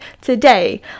today